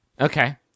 Okay